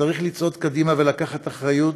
צריך לצעוד קדימה ולקחת אחריות.